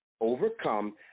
overcome